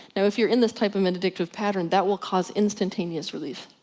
now if you're in this type of an addictive pattern that will cause instantaneous relief.